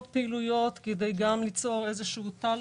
פעילויות כדי גם ליצור איזשהו טלנט.